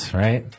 right